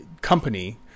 company